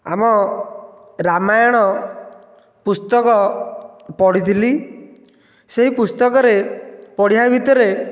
ଆମ ରାମାୟଣ ପୁସ୍ତକ ପଢ଼ିଥିଲି ସେଇ ପୁସ୍ତକରେ ପଢ଼ିବା ଭିତରେ